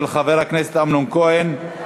של חבר הכנסת אמנון כהן.